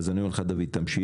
אז אני אומר לך, דוד, תמשיך,